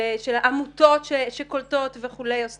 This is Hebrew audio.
עמותות שקולטות וכו', הוסטלים,